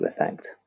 effect